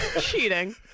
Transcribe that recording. cheating